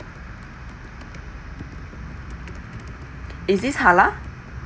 is it halal